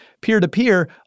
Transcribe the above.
Peer-to-peer